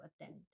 attend